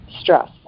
stress